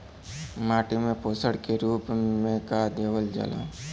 माटी में पोषण के रूप में का देवल जाला?